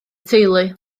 teulu